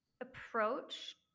approach